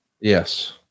Yes